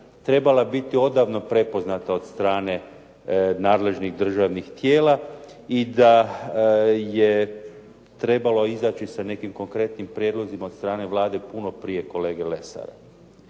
trebala biti odavno prepoznata od strane nadležnih državnih tijela i da je trebalo izaći sa nekim konkretnim prijedlozima od strane Vlade puno prije kolege Lesara.